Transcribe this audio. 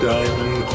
Diamond